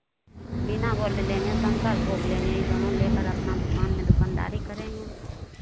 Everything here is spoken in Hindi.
बिना गोल्ड लेंगे शंकर भोग लेंगे यह दोनों लेकर अपना दुकान में दुकानदारी करेंगे